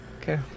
Okay